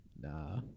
Nah